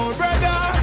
brother